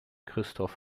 christoph